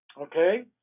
Okay